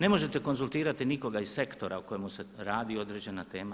Ne možete konzultirati nikoga iz sektora o kojemu se radi određena tema.